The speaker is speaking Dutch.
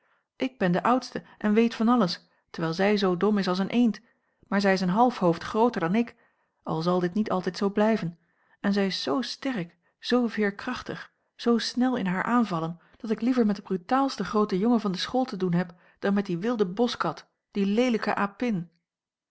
ik ben de oudste en weet van alles terwijl zij zoo dom is als een eend maar zij is een half hoofd grooter dan ik al zal dit niet altijd zoo blijven en zij is zoo sterk zoo veerkrachtig zoo snel in hare aanvallen dat ik liever met den brutaalsten grooten jongen van de school te doen heb dan met die wilde boschkat die leelijke apin